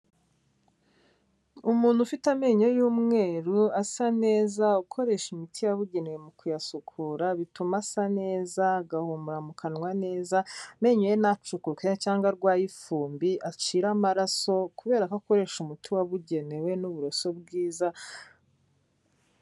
Umuntu ufite amenyo y'umweru, asa neza, ukoresha imiti yabugenewe mu kuyasukura bituma asa neza agahumura mu kanwa neza. Amenyo ye nacukuke cyangwa arwaye ifumbi acira amaraso kubera ko akoresha umuti wabugenewe n'uburoso bwiza.